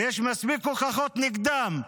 ויש מספיק הוכחות נגדם,